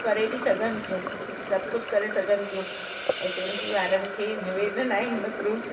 करे बि सघनि थियूं सभु कुझु करे सघनि थियूं एस एम जी वारनि खे निवेदन आहे हिन थ्रू